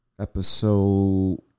Episode